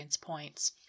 points